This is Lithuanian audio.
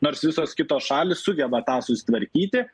nors visos kitos šalys sugeba tą susitvarkyti